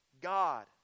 God